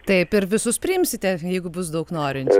taip ir visus priimsite jeigu bus daug norinčių